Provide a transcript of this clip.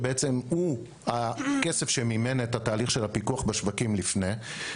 ובעצם זה הכסף שמימן את תהליך הפיקוח בשווקים לפני כן.